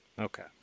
okay